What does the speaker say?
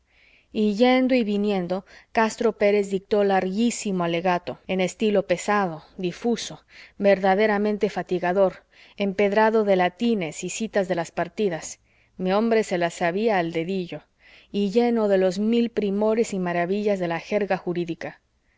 y yendo y viniendo castro pérez dictó larguísimo alegato en estilo pesado difuso verdaderamente fatigador empedrado de latines y citas de las partidas mi hombre se las sabía al dedillo y lleno de los mil primores y maravillas de la jerga jurídica